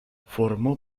formó